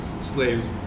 slaves